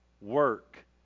work